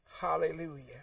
Hallelujah